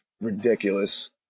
ridiculous